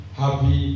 happy